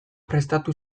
prestatu